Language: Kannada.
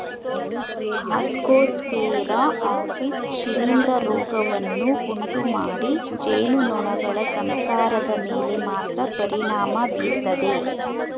ಆಸ್ಕೋಸ್ಫೇರಾ ಆಪಿಸ್ ಶಿಲೀಂಧ್ರ ರೋಗವನ್ನು ಉಂಟುಮಾಡಿ ಜೇನುನೊಣಗಳ ಸಂಸಾರದ ಮೇಲೆ ಮಾತ್ರ ಪರಿಣಾಮ ಬೀರ್ತದೆ